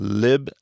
Lib